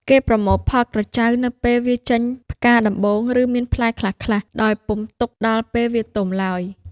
គេប្រមូលផលក្រចៅនៅពេលវាចេញផ្កាដំបូង ឬមានផ្លែខ្លះៗ ដោយពុំទុកដល់ ពេលវាទុំឡើយ ។